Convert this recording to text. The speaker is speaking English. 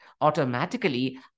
automatically